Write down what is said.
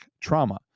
trauma